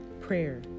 prayer